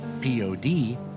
P-O-D